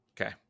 Okay